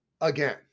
again